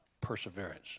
perseverance